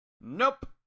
Nope